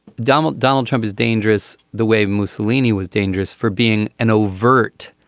donald donald trump is dangerous the way mussolini was dangerous for being an overt.